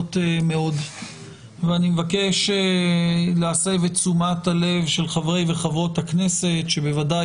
מאוד ואני מבקש להסב את תשומת הלב - של חברי וחברות הכנסת שבוודאי